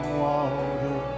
water